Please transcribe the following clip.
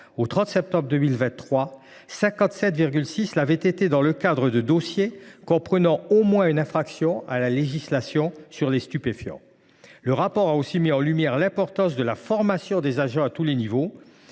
au 30 septembre 2023, 57,6 % l’avaient été dans le cadre de dossiers comprenant au moins une infraction à la législation sur les stupéfiants ». De même, ce travail met en lumière l’importance de la formation des agents à tous les niveaux